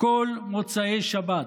בכל מוצאי שבת,